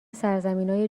سرزمینای